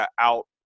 out